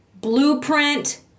blueprint